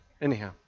anyhow